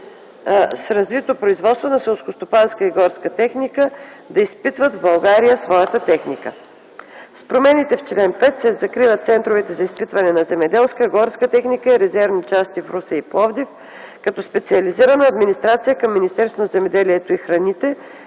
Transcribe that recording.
с развито производство на селскостопанска и горска техника да изпитват в България своята техника. С промените в чл. 5 се закриват центровете за изпитване на земеделска, горска техника и резервни части в Русе и Пловдив, като специализирана администрация към Министерството на земеделието и храните,